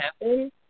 happen